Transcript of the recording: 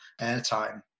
airtime